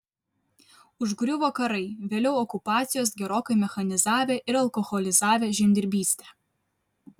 užgriuvo karai vėliau okupacijos gerokai mechanizavę ir alkoholizavę žemdirbystę